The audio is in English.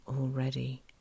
already